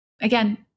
again